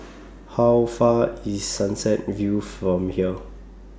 How Far IS Sunset View from here